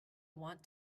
want